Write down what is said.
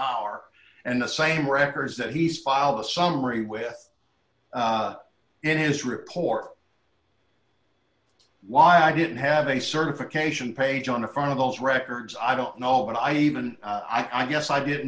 hour and the same records that he's filed a summary with in his report why i didn't have a certification page on the front of those records i don't know what i even i guess i didn't